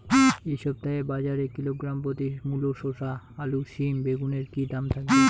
এই সপ্তাহে বাজারে কিলোগ্রাম প্রতি মূলা শসা আলু সিম বেগুনের কী দাম থাকবে?